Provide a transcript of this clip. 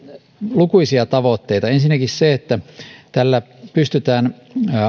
lukuisia tavoitteita ensinnäkin se että tällä pystytään